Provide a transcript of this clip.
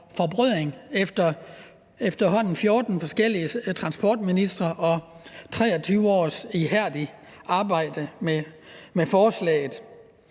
efterhånden 14 forskellige transportministre og 23 års ihærdigt arbejde med forslaget.